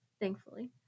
thankfully